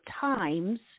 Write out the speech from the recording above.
times